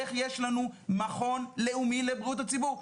איך יש לנו מכון לאומי לבריאות הציבור,